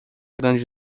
grande